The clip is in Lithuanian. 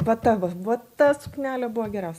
vat ta va vat ta suknelė buvo geriausia